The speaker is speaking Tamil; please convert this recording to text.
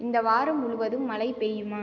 இந்த வாரம் முழுவதும் மழை பெய்யுமா